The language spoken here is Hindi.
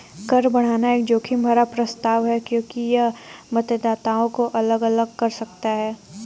कर बढ़ाना एक जोखिम भरा प्रस्ताव है क्योंकि यह मतदाताओं को अलग अलग कर सकता है